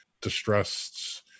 distressed